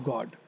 God